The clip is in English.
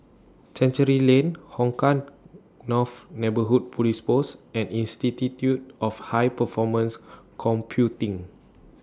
Chancery Lane Hong Kah North Neighbourhood Police Post and Institute of High Performance Computing